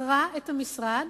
מכרה את המשרד